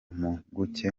impuguke